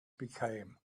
became